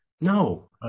no